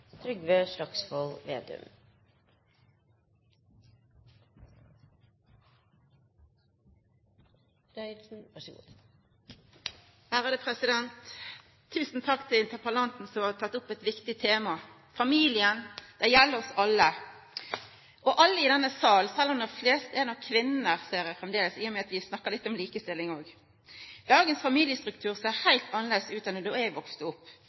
Tusen takk til interpellanten som har teke opp eit viktig tema, familien – det gjeld oss alle, òg alle i denne salen, sjølv om det framleis er flest kvinner, ser eg, i og med at vi snakkar litt om likestilling òg. Dagens familiestruktur ser heilt annleis ut enn då eg voks opp, med kjernefamilie og